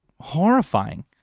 horrifying